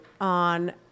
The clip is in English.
on